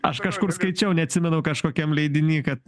aš kažkur skaičiau neatsimenu kažkokiam leidiny kad